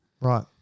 Right